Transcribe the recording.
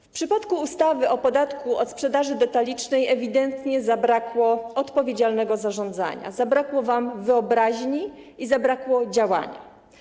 W przypadku ustawy o podatku od sprzedaży detalicznej ewidentnie zabrakło odpowiedzialnego zarządzania, zabrakło wam wyobraźni i zabrakło działania.